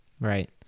Right